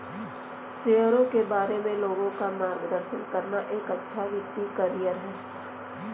शेयरों के बारे में लोगों का मार्गदर्शन करना एक अच्छा वित्तीय करियर है